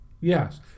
Yes